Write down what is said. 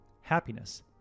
happiness